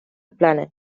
planet